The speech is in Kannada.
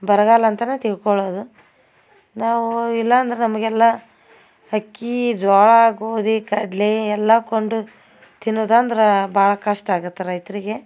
ಬರಗಾಲ ಅಂತಲೇ ತಿಳ್ಕೊಳ್ಳೋದು ನಾವು ಇಲ್ಲ ಅಂದ್ರೆ ನಮಗೆಲ್ಲ ಅಕ್ಕಿ ಜೋಳ ಗೋಧಿ ಕಡಲೆ ಎಲ್ಲ ಕೊಂಡು ತಿನ್ನುದಂದ್ರೆ ಭಾಳ ಕಷ್ಟ ಆಗತ್ತೆ ರೈತರಿಗೆ